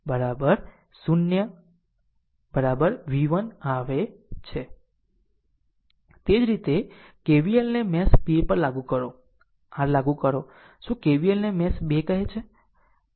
એ જ રીતે KVLને મેશ 2 પર લાગુ કરો r લાગુ કરો શું KVL ને મેશ 2 કહે છે